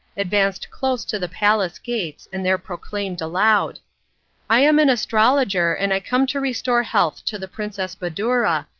advanced close to the palace gates and there proclaimed aloud i am an astrologer and i come to restore health to the princess badoura,